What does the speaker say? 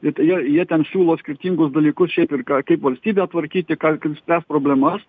it jie jie ten siūlo skirtingus dalykus šiaip ir ką kaip valstybę tvarkyti ką kaip spręst problemas